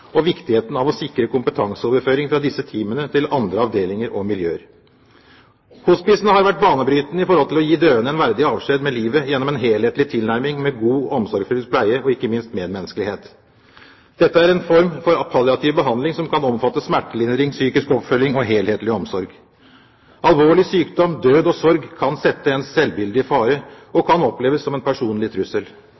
og viktigheten av å sikre kompetanseoverføring fra disse teamene til andre avdelinger og miljøer. Hospicene har vært banebrytende i forhold til å gi døende en verdig avskjed med livet gjennom en helhetlig tilnærming med god og omsorgsfull pleie og ikke minst medmenneskelighet. Dette er en form for palliativ behandling som kan omfatte smertelindring, psykisk oppfølging og helhetlig omsorg. Alvorlig sykdom, død og sorg kan sette ens selvbilde i fare, og